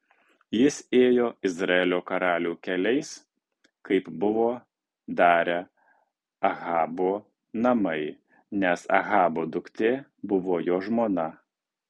jis ėjo izraelio karalių keliais kaip buvo darę ahabo namai nes ahabo duktė buvo jo žmona